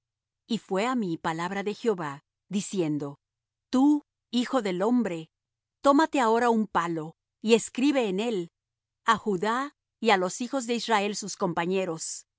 y fué á mí palabra de jehová diciendo tú hijo del hombre tómate ahora un palo y escribe en él a judá y á los hijos de israel sus compañeros